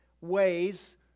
ways